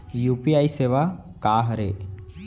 UPI सेवा का हरे?